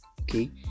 Okay